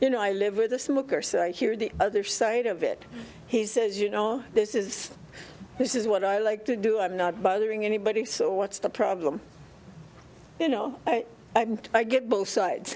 you know i live with a smoker so i hear the other side of it he says you know this is this is what i like to do i'm not bothering anybody so what's the problem you know i get both sides